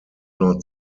not